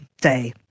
day